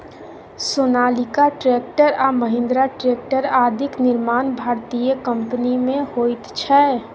Sonalika tractor आ Mahindra tractor आदिक निर्माण भारतीय कम्पनीमे होइत छै